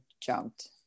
jumped